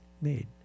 made